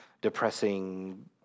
depressing